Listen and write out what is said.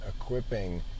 equipping